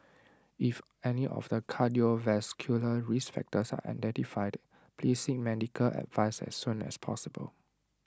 if any of the cardiovascular risk factors are identified please seek medical advice as soon as possible